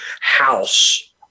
house